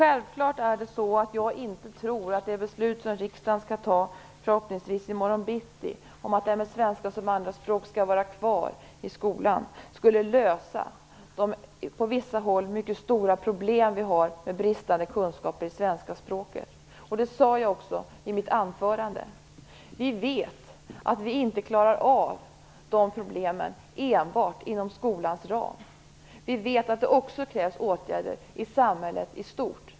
Herr talman! Självklart tror inte jag att det beslut som riksdagen fattar förhoppningsvis i morgon bitti om att svenska som andra språk skall vara kvar i skolan löser de på vissa håll mycket stora problemen med bristande kunskaper i svenska språket. Det sade jag också i mitt huvudanförande. Vi vet att vi inte klarar av de problemen enbart inom skolans ram. Vi vet att det krävs åtgärder också i samhället i stort.